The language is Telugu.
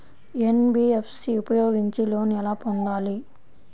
ఎన్.బీ.ఎఫ్.సి ఉపయోగించి లోన్ ఎలా పొందాలి?